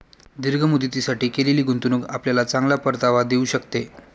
दीर्घ मुदतीसाठी केलेली गुंतवणूक आपल्याला चांगला परतावा देऊ शकते